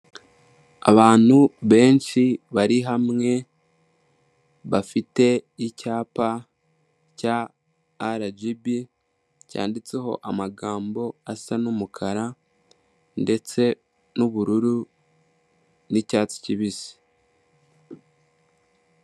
Abantu benshi bari hamwe. Bafite icyapa cya RGB cyanditseho amagambo asa n'umukara ndetse n'ubururu, n'icyatsi kibisi.